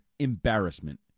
embarrassment